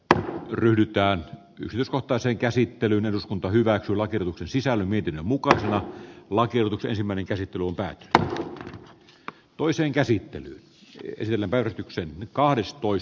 tähän ryhdytään yrityskohtaiseen käsittelyyn eduskunta hyväksyi lakiehdotuksen sisällä miten muka lancelot ensimmäinen käsitteluun tai kaatua toiseen neulaset kattokaivoista ennen kuin ne jäätyvät sinne